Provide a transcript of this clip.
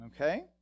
okay